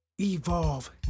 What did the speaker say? Evolve